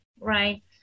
right